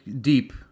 deep